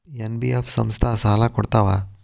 NBF ಸಂಸ್ಥಾ ಸಾಲಾ ಕೊಡ್ತಾವಾ?